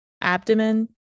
abdomen